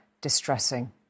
distressing